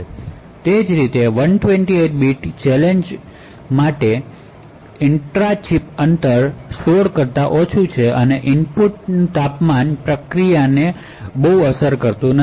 એ જ રીતે 128 bit response માટે ઇન્ટ્રા ચિપ અંતર 16 કરતા ઓછું છે અને ઇનપુટ પર તાપમાન ખાસ અસર કરતું નથી